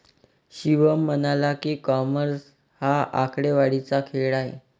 शिवम म्हणाला की, कॉमर्स हा आकडेवारीचा खेळ आहे